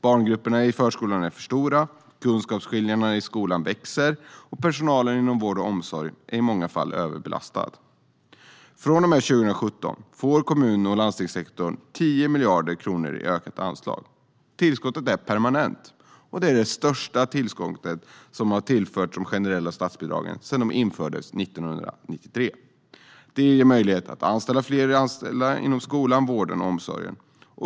Barngrupperna i förskolan är för stora, kunskapsskillnaderna i skolan växer och personalen inom vård och omsorg är i många fall överbelastad. Från och med 2017 får kommun och landstingssektorn 10 miljarder kronor i ökade anslag. Tillskottet är permanent, och det är det största tillskottet till de generella statsbidragen sedan de infördes 1993. Det ger möjligheter att anställa fler inom skolväsendet, vården och omsorgen.